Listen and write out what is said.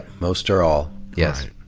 most or all. yes.